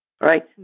right